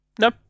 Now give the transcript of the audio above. no